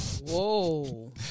Whoa